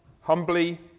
humbly